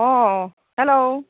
অঁ হেল্ল'